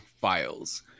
files